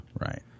right